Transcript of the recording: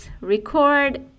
record